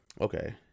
Okay